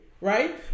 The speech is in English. Right